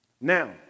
Now